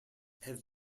have